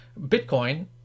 Bitcoin